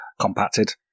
compacted